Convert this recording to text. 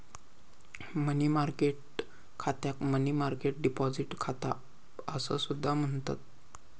मनी market खात्याक money market deposit खाता असा सुद्धा म्हणतत